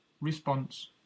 response